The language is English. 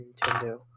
Nintendo